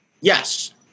Yes